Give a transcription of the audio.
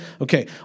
Okay